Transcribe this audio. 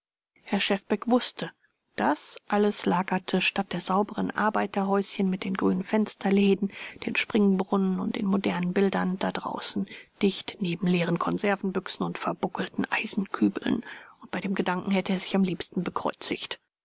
herr schefbeck wußte das alles lagerte statt der sauberen arbeiterhäuschen mit den grünen fensterläden den springbrunnen und den modernen bildern da draußen dicht neben leeren konservenbüchsen und verbuckelten eisenkübeln und bei dem gedanken hätte er sich am liebsten bekreuzigt